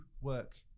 work